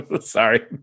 Sorry